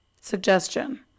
Suggestion